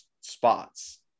spots